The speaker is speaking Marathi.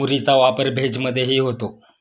मुरीचा वापर भेज मधेही होतो